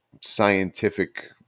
scientific